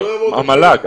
המל"ג,